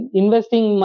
investing